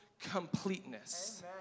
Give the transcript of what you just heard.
completeness